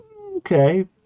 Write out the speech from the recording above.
okay